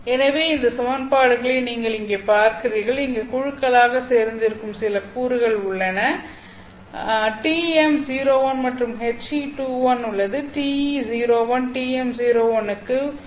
எனவே இந்த சமன்பாடுகளை நீங்கள் இங்கே பார்க்கிறீர்கள் இங்கு குழுக்களாக சேர்ந்து இருக்கும் சில கூறுகள் உள்ளன TM01 மற்றும் HE21 உள்ளது TE01 TM01 க்கு ν0